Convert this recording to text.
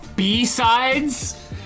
B-sides